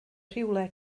rhywle